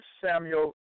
Samuel